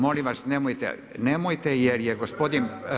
Molim vas nemojte, jer je gospodin.